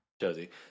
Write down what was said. Josie